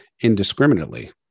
indiscriminately